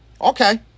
Okay